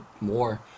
more